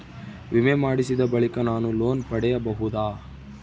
ವಿಮೆ ಮಾಡಿಸಿದ ಬಳಿಕ ನಾನು ಲೋನ್ ಪಡೆಯಬಹುದಾ?